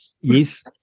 Yes